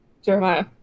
Jeremiah